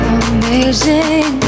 amazing